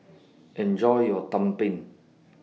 Enjoy your Tumpeng